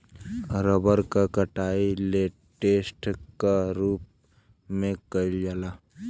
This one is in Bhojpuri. रबर क कटाई लेटेक्स क रूप में कइल जाला